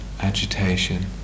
Agitation